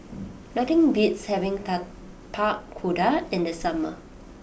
nothing beats having Tapak Kuda in the summer